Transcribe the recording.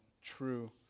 true